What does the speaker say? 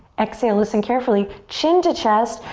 exhale, listen carefully. chin to chest,